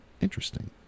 Interesting